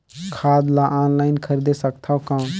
खाद ला ऑनलाइन खरीदे सकथव कौन?